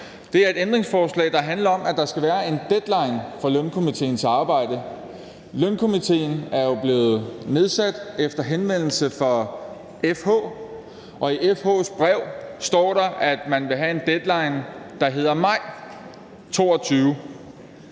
Det er et ændringsforslag, der handler om, at der skal være en deadline for lønstrukturkomitéens arbejde. Lønstrukturkomitéen er jo blevet nedsat efter henvendelse fra FH, og i FH's brev står der, at man vil have en deadline, der hedder maj 2022.